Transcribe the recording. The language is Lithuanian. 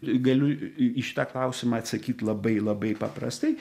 galiu į šitą klausimą atsakyt labai labai paprastai